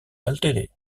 ltd